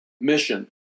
mission